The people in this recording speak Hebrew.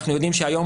אנחנו יודעים שהיום,